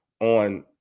on –